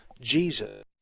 Jesus